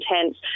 intense